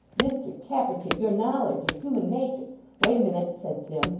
mr tappertit, your knowledge of human nature wait a minute said sim,